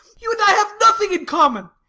you and i have nothing in common,